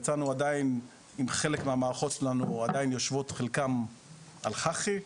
יצאנו כשחלק מהמערכות שלנו עדיין חלקן יושבות חלקן על חח"י,